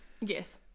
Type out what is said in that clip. Yes